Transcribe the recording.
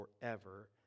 forever